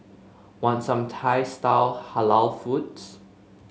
want some Thai style Halal foods